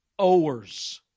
owers